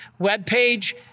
webpage